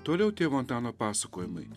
toliau tėvo antano pasakojimai